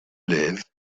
live